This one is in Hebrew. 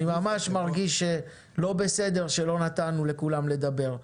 אני ממש מרגיש לא בסדר שלא נתנו לכולם לדבר.